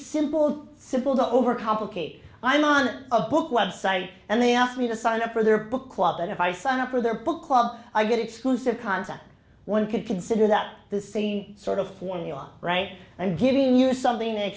simple simple to overcomplicate i'm on a book website and they ask me to sign up for their book club and if i sign up for their book club i get exclusive contact one could consider that the same sort of formula right and giving you something